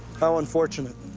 how unfortunate.